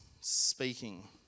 speaking